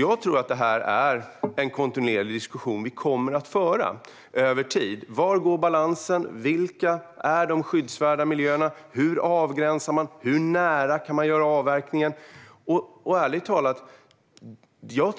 Jag tror att det här är en kontinuerlig diskussion som vi kommer att föra över tid. Var finns balansen? Vilka är de skyddsvärda miljöerna? Hur avgränsar man? Hur nära kan man göra avverkningen? Ärligt talat